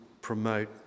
promote